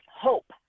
hope